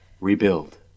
rebuild